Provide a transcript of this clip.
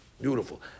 Beautiful